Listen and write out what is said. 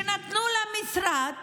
שנתנו לה משרד